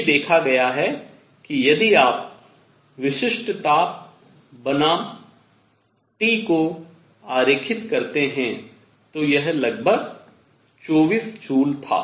यही देखा गया है कि यदि आप विशिष्ट ताप बनाम T को आरेखित करते हैं तो यह लगभग 24 जूल था